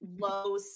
low